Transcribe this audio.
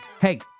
hey